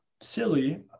silly